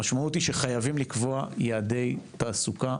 המשמעות היא שחייבים לקבוע יעדי תעסוקה